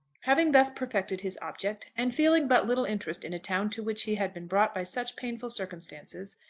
having thus perfected his object, and feeling but little interest in a town to which he had been brought by such painful circumstances,